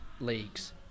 leagues